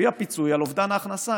והוא הפיצוי על אובדן ההכנסה,